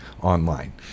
online